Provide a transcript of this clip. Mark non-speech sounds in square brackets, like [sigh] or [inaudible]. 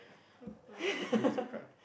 [noise] ready to cry